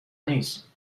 نیست